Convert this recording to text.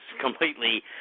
completely